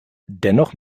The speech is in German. dennoch